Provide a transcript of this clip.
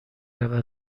رود